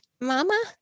mama